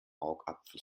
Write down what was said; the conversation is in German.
augapfel